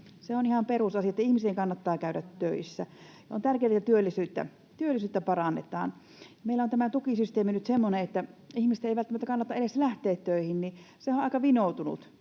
Se on ihan perusasia, että ihmisten kannattaa käydä töissä. On tärkeätä, että työllisyyttä parannetaan. Meillä on tämä tukisysteemi nyt semmoinen, että ihmisten ei välttämättä kannata edes lähteä töihin — se on aika vinoutunut,